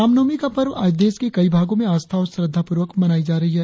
राम नवमी का पर्व आज देश के कई भागों में आस्था और श्रद्धा पूर्वक मनाई जा रही है